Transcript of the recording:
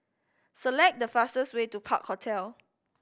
select the fastest way to Park Hotel